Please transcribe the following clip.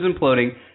imploding